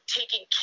taking